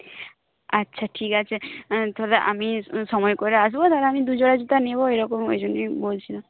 আচ্ছা ঠিক আছে তাহলে আমি সময় করে আসবো তাহলে আমি দুজোড়া জুতো নেব ওইরকম ওইজন্যই বলছিলাম